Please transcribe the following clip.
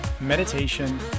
meditation